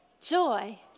joy